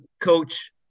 coach